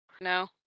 No